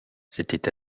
s’était